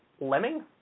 lemming